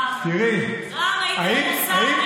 רם, היית במוסד.